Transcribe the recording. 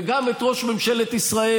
וגם את ראש ממשלת ישראל,